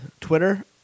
Twitter